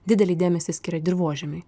didelį dėmesį skiria dirvožemiui